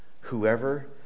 Whoever